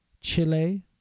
Chile